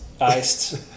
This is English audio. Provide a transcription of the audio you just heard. iced